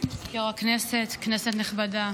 הישיבה, כנסת נכבדה,